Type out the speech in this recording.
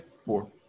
four